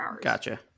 gotcha